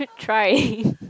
try